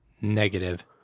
Negative